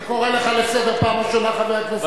אני קורא אותך לסדר פעם ראשונה, חבר הכנסת בר-און.